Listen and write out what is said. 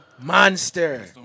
Monster